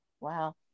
Wow